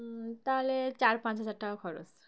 তাহলে চার পাঁচ হাজার টাকা খরচ